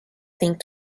think